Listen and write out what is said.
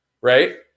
right